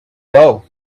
bow